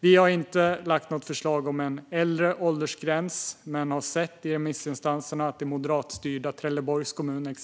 Vi har inte lagt något förslag om högre åldersgräns, men vi har bland remissinstanserna sett att exempelvis moderatstyrda Trelleborgs kommun